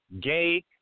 gay